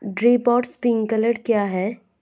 Drip और sprinkler क्या हैं?